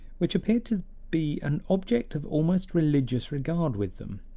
which appeared to be an object of almost religious regard with them.